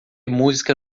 música